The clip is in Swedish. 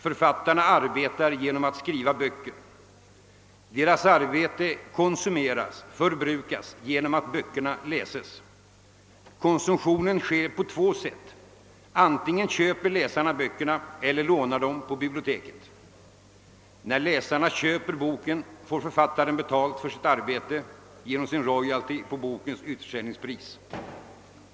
Författarna arbetar genom att skriva böcker. Deras arbete konsumeras, förbrukas, genom att böckerna läses. Konsumtionen sker på två sätt: lisarna köper böckerna eller lånar dem på biblioteken. När läsaren köper boken får författaren betalt för sitt arbete genom sin royalty på bokens utförsäljningspris.